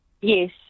Yes